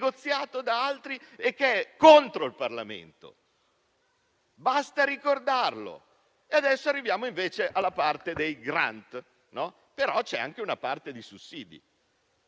da altri, che è contro il Parlamento. Basta ricordarlo. Arriviamo adesso alla parte dei *grant,* ma vi è anche una parte di sussidi,